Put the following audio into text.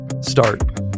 start